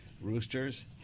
roosters